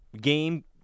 game